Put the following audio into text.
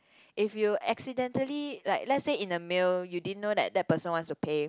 if you accidentally like let's say in a meal you didn't know that that person wants to pay